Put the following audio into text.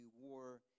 war